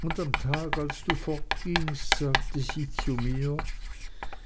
und am tag als du fortgingst sagte sie zu mir